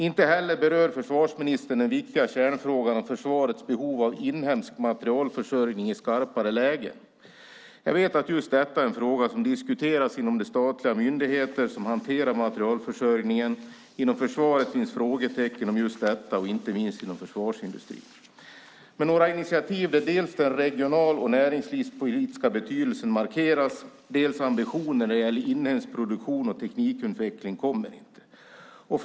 Inte heller berör försvarsministern den viktiga kärnfrågan om försvarets behov av inhemsk materielförsörjning i skarpare läge. Jag vet att just detta är en fråga som diskuteras inom de statliga myndigheter som hanterar materielförsörjningen. Inom försvaret finns frågetecken om just detta, inte minst inom försvarsindustrin. Men några initiativ där dels den regional och näringslivspolitiska betydelsen markeras, dels ambitionen när det gäller inhemsk produktion och teknikutveckling markeras kommer inte.